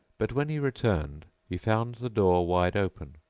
but when he returned he found the door wide open,